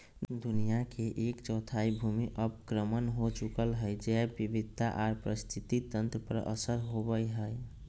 दुनिया के एक चौथाई भूमि अवक्रमण हो चुकल हई, जैव विविधता आर पारिस्थितिक तंत्र पर असर होवई हई